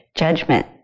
judgment